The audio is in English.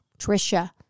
Trisha